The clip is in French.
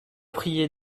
prier